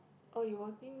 oh you working